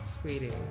Sweetie